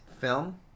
film